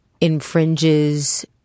infringes